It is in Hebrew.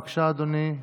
בבקשה, אדוני.